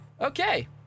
Okay